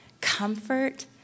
comfort